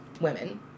women